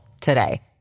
today